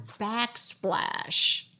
backsplash